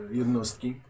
jednostki